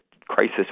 crisis